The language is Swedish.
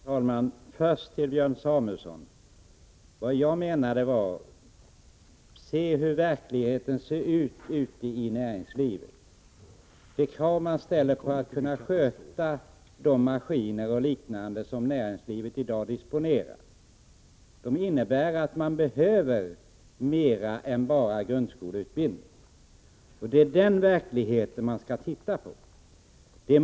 Herr talman! Först några ord till Björn Samuelson. Vad jag menade var: Se hur verkligheten ser ut ute i näringslivet, vilka krav som ställs på att man skall kunna sköta de maskiner och annan utrustning som näringslivet i dag förfogar över! De kraven innebär att man behöver mera än bara grundskoleutbildning, och det är den verkligheten vi måste titta på.